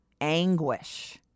anguish